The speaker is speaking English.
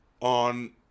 On